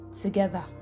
together